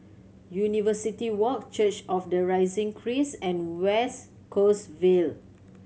University Walk Church of the Risen Christ and West Coast Vale